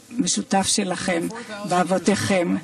ומוצא משותף של אמונה שעובר כחוט השני בארצות האלה.